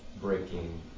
breaking